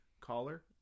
Caller